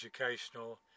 educational